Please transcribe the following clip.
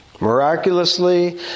Miraculously